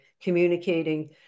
communicating